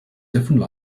different